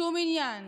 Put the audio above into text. שום עניין,